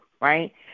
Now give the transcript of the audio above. right